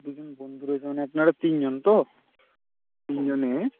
দু জন বন্ধু রয়েছে মানে আপনারা তিন জন তো তিন জনের